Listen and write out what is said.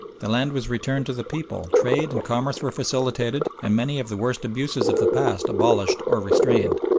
the land was returned to the people, trade and commerce were facilitated, and many of the worst abuses of the past abolished or restrained.